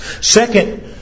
Second